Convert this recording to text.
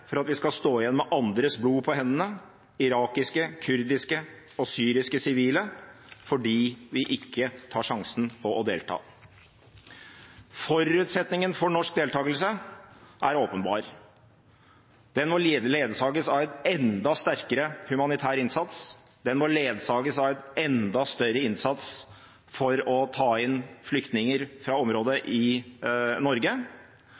for at vi skal stå igjen med andres blod på hendene, irakiske, kurdiske og syriske sivile, fordi vi ikke tar sjansen på å delta. Forutsetningen for norsk deltakelse er åpenbar. Den må ledsages av en enda sterkere humanitær innsats, den må ledsages av en enda større innsats for å ta inn flyktninger fra området i Norge,